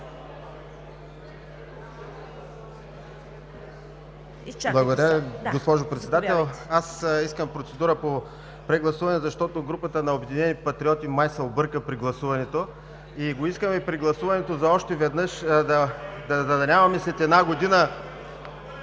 Благодаря, госпожо Председател. Аз искам процедура по прегласуване, защото групата на „Обединени патриоти“ май се обърка при гласуването. (Реплики.) Искаме прегласуването, за да няма след една година